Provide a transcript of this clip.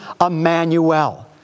Emmanuel